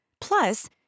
Plus